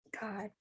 God